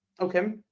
Okay